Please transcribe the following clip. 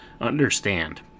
understand